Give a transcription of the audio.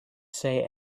say